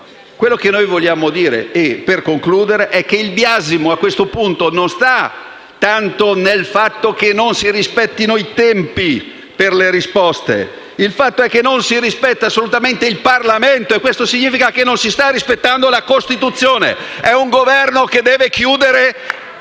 conclusione, noi vogliamo dire che il biasimo, a questo punto, non sta tanto nel fatto che non si rispettino i tempi per le risposte. Il fatto è che non si rispetta assolutamente il Parlamento, e ciò significa che non si sta rispettando la Costituzione. È un Governo che deve chiudere